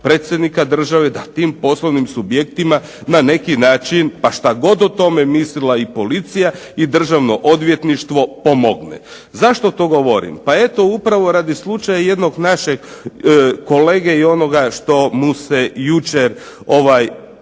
predsjednika države da tim poslovnim subjektima na neki način pa što god o tome mislila i policija i Državno odvjetništvo pomogne. Zašto to govorim? Pa eto upravo radi slučaja jednog našeg kolege i onoga što mu se jučer